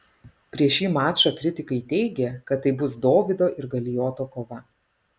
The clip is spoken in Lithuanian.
prieš šį mačą kritikai teigė kad tai bus dovydo ir galijoto kova